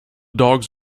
dogs